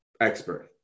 expert